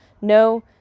No